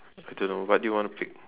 I don't know what do you want to pick